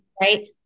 right